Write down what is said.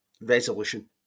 resolution